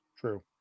True